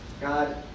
God